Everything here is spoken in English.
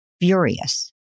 furious